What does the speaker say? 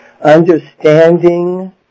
understanding